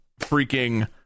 freaking